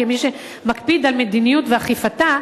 כמי שמקפיד על מדיניות ואכיפתה,